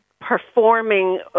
performing